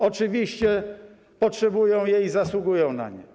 Oczywiście potrzebują ich i zasługują na nie.